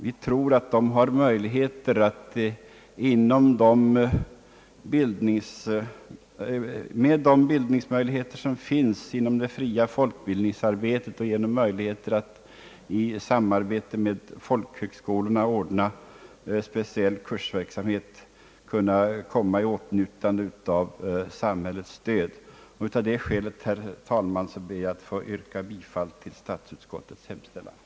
Vi anser att de människor som det här är fråga om, med de bildningsmöjligheter som finns inom det fria folkbildningsarbetet och genom den speciella kursverksamhet som ordnas vid folkhögskolorna, har möjligheter att komma i åtnjutande av samhällets stöd. Av det skälet, herr talman, ber jag att få yrka bifall till statsutskottets förslag.